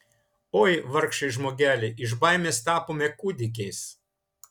oi vargšai žmogeliai iš baimės tapome kūdikiais